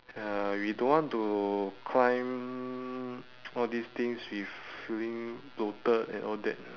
ya we don't want to climb all these things with feeling bloated and all that